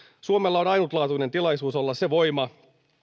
suomella on ainutlaatuinen tilaisuus olla se voima